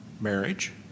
marriage